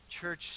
church